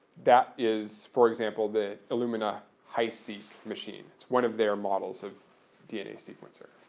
that is, for example, the illumina hiseq machine. it's one of their models of dna sequencer.